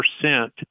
percent